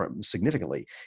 significantly